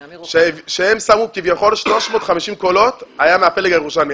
שמו כביכול 350 קולות היה מהפלג הירושלמי.